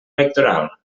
electoral